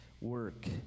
work